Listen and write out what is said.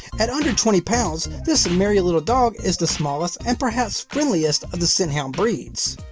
at under twenty pounds, this merry little dog is the smallest and perhaps friendliest of the scent hound breeds.